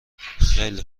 خیلی